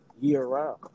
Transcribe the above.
year-round